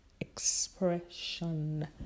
expression